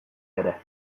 ere